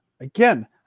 again